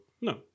No